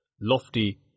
lofty